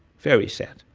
very sad.